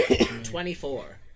Twenty-four